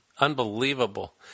Unbelievable